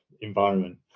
environment